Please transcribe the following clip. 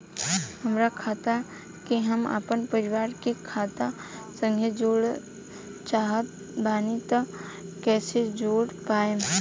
हमार खाता के हम अपना परिवार के खाता संगे जोड़े चाहत बानी त कईसे जोड़ पाएम?